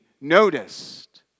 noticed